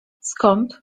skąd